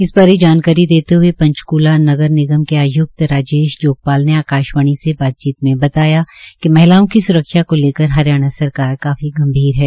इस बारे में जानकारी देते हए पंचक्ला नगर निगम के आयुक्त राजेश जोगपाल ने आकाशवाणी से बातचीत में बताया कि महिलाओं की सुरक्षा को लेकर हरियाणा सरकार काफी गंभीर है